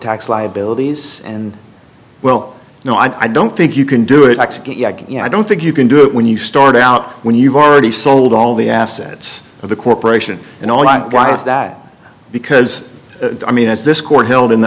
tax liabilities and well no i don't think you can do it you know i don't think you can do it when you start out when you've already sold all the assets of the corporation and all i've got is that because i mean is this court held in